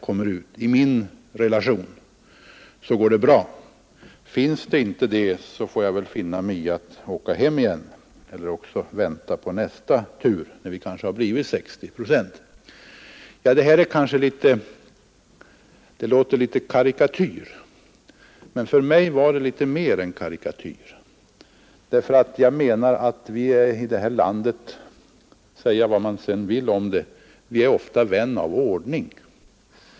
Om det inte fanns tillräckligt många passagerare i den relationen skulle man få finna sig i att åka hem igen eller vänta på nästa tur tills det blivit 60 procent. Det låter som en karikatyr, men för mig var det mer än karikatyr, ty i detta land — man må säga vad man vill om det — är vi ofta vänner av ordning.